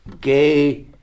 gay